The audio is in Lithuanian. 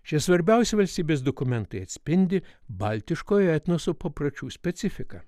šie svarbiausi valstybės dokumentai atspindi baltiškojo etnoso papročių specifiką